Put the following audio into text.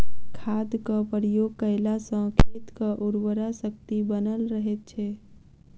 खादक प्रयोग कयला सॅ खेतक उर्वरा शक्ति बनल रहैत छै